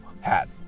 hat